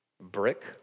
Brick